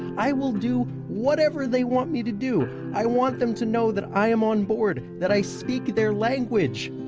i will do whatever they want me to do. i want them to know that i am on board, that i speak their language.